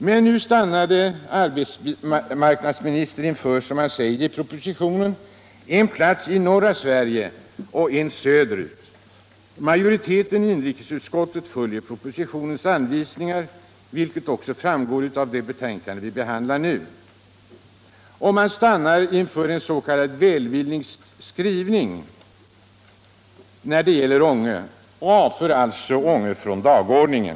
Men nu stannade arbetsmarknadsministern inför, som han säger i propositionen, en plats i norra Sverige och en söderut. Majoriteten i inrikesutskottet följer propositionens anvisningar, vilket också framgår av att det betänkande som vi behandlar nu har stannat inför en s.k. välvillig skrivning när det gäller Ånge och avför Ånge från dagordningen.